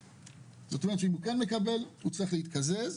אם הוא כן מקבל אז הוא צריך להתקזז.